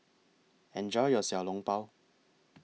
Enjoy your Xiao Long Bao